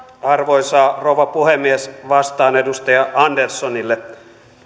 arvoisa rouva puhemies vastaan edustaja anderssonille